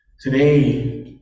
Today